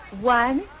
One